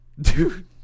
Dude